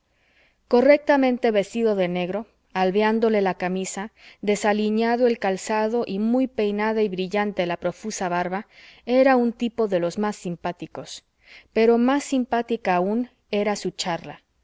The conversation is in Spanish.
correctamente vestido de negro albeándole la camisa desaliñado el calzado y muy peinada y brillante la profusa barba era un tipo de los más simpáticos pero más simpática aún era su charla